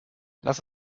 lass